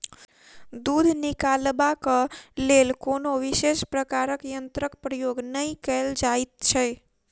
दूध निकालबाक लेल कोनो विशेष प्रकारक यंत्रक प्रयोग नै कयल जाइत छै